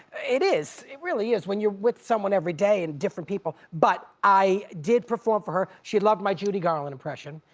it is, it really is when you're with someone every day and different people, but i did perform for her. she loved my judy garland impression.